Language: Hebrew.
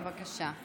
בבקשה.